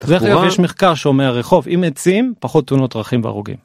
יש מחקר שאומר רחוב עם עצים פחות תאונות דרכים והרוגים.